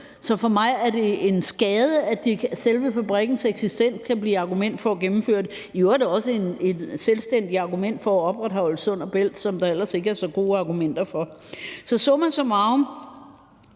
så for mig er det en skade, at selve fabrikkens eksistens kan blive et argument for at gennemføre det. Det var i øvrigt også et selvstændigt argument for at opretholde Sund & Bælt, som der ellers ikke er så gode argumenter for. Så summa summarum